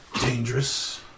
dangerous